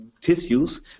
tissues